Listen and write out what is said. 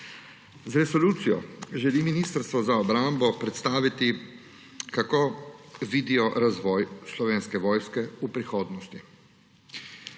Z resolucijo želi Ministrstvo za obrambo predstaviti, kako vidijo razvoj Slovenske vojske v prihodnosti.